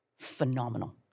Phenomenal